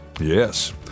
Yes